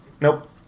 nope